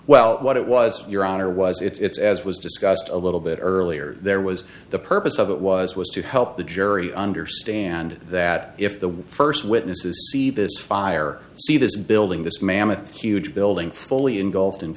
well what it was your honor was it's as was discussed a little bit earlier there was the purpose of it was was to help the jury understand that if the first witnesses see this fire see this building this mammoth huge building fully engulfed in